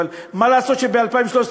אבל מה לעשות שב-2013,